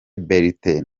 bertin